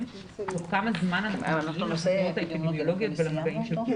תוך כמה זמן החקירות האפידמיולוגיות והממצאים.